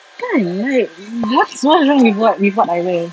kan like what's what's wrong with with what I wear